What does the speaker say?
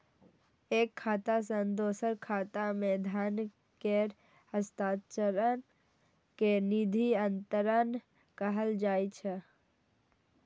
एक खाता सं दोसर खाता मे धन केर हस्तांतरण कें निधि अंतरण कहल जाइ छै